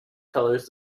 colours